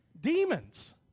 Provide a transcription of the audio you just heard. Demons